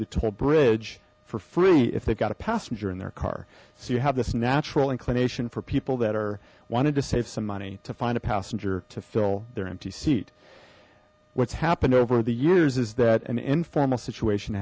the toll bridge for free if they've got a passenger in their car so you have this natural inclination for people that are wanting to save some money to find a passenger to fill their empty seat what's happened over the years is that an informal situation